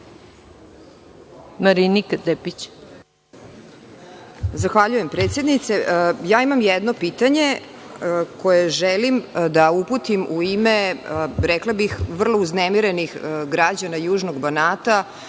**Marinika Tepić** Zahvaljujem predsednice. Imam jedno pitanje koje želim da uputim u ime, rekla bih vrlo uznemirenih građana južnog Banata,